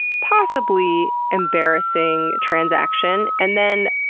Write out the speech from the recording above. possibly embarrassing transaction, and then,